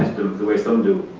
the way some do.